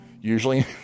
Usually